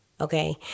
okay